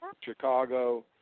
Chicago